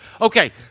Okay